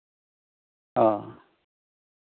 ᱚ